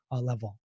level